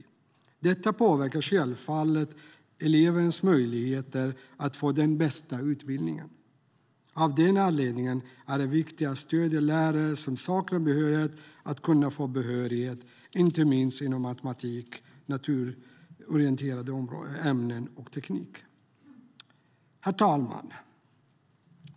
Detta påverkar självfallet elevernas möjligheter att få den bästa utbildningen. Av den anledningen är det viktigt att stödja lärare som saknar behörighet att kunna få behörighet, inte minst inom matematik, naturorienterande ämnen och teknik. Herr talman!